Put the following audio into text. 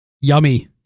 Yummy